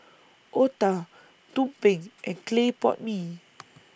Otah Tumpeng and Clay Pot Mee